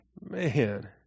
Man